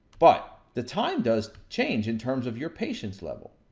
but, the time does change in terms of your patience level.